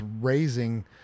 raising